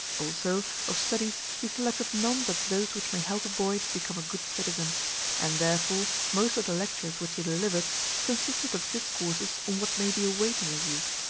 also, of studies he selected none but those which may help a boy to become a good citizen and therefore most of the lectures which he delivered consisted of discourses on what may be awaiting a youth,